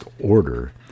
order